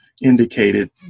indicated